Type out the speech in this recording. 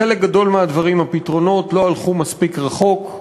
בחלק גדול מהדברים הפתרונות לא הלכו מספיק רחוק.